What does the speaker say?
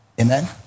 Amen